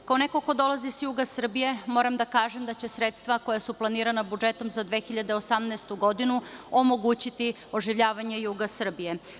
Kao neko ko dolazi sa juga Srbije moram da kažem da će sredstva koja su planirana budžetom za 2018. godinu omogućiti oživljavanje juga Srbije.